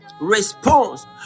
response